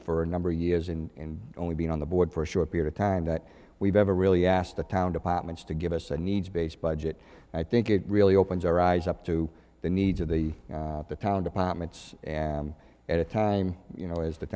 for a number of years in only being on the board for a short period of time that we've never really asked the town departments to give us a needs based budget i think it really opens our eyes up to the needs of the the town departments at a time you know as the